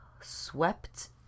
swept